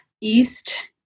East